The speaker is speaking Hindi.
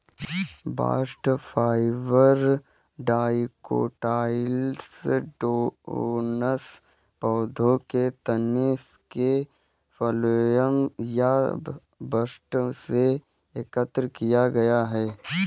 बास्ट फाइबर डाइकोटाइलडोनस पौधों के तने के फ्लोएम या बस्ट से एकत्र किया गया है